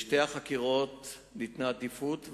לשתי החקירות ניתנה עדיפות,